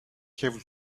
have